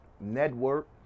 network